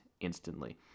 instantly